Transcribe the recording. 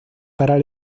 para